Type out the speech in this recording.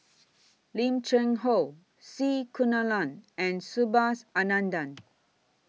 Lim Cheng Hoe C Kunalan and Subhas Anandan